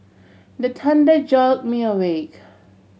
the thunder jolt me awake